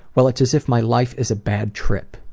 well, it's as if my life is a bad trip.